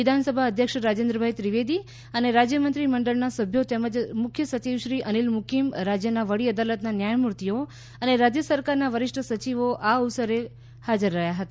વિધાનસભા અધ્યક્ષ રાજેન્દ્ર ભાઈ ત્રિવેદી અને રાજ્યમંત્રી મંડળના સભ્યો તેમજ મુખ્ય સચિવશ્રી અનિલ મુકિમ રાજ્ય વડી અદાલતના ન્યાયમૂર્તિઓ અને રાજ્ય સરકારના વરિષ્ઠ સચિવો આ અવસરે ઉપસ્થિત રહ્યા હતા